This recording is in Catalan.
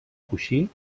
coixí